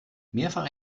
mehrfach